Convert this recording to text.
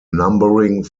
numbering